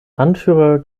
anführer